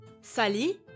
Sally